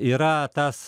yra tas